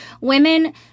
women